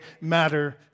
matter